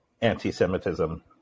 anti-Semitism